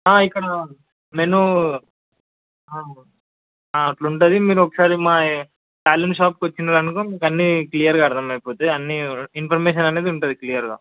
ఇక్కడ మెనూ అట్లుంటది మీరు ఒకసారి మా షాప్కు వచ్చినారు అనుకో మీకన్నీ క్లియర్గా అర్థం అయిపోతాయి అన్నీ ఇన్ఫర్మేషన్ అనేది ఉంటుంది క్లియర్గా